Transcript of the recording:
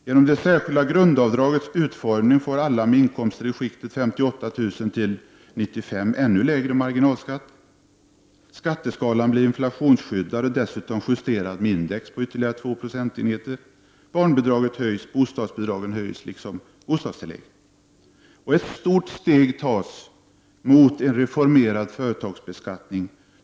Genom det särskilda grundavdragets utformning får alla i inkomstskiktet 58 000-95 000 kr. ännu lägre marginalskatt. Skatteskalan blir inflationsskyddad och dessutom indexjusterad med ytterligare två procentenheter. Barnbidrag, bostadsbidrag och bostadstillägg höjs. Ett stort steg tas i riktning mot en reformerad företagsbeskattning.